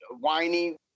whiny